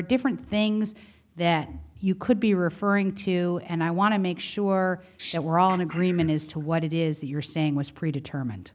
different things that you could be referring to and i want to make sure that we're all in agreement as to what it is that you're saying was pre determined